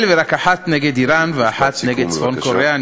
ורק אחת נגד איראן ואחת נגד צפון-קוריאה.